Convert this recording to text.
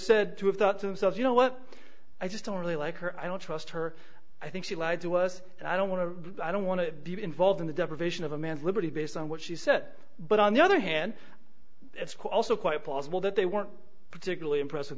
said to have thought to themselves you know what i just don't really like her i don't trust her i think she lied to us and i don't want to i don't want to get involved in the deprivation of a man's liberty based on what she said but on the other hand it's also quite possible that they weren't particularly impressive